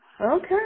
Okay